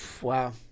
Wow